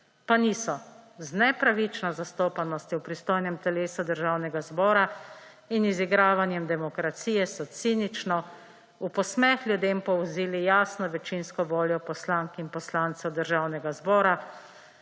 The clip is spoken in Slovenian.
Pa niso. Z nepravično zastopanostjo v pristojnem telesu Državnega zbora in z izigravanjem demokracije so cinično v posmeh ljudem povozili jasno večinsko voljo poslank in poslancev Državnega zbora,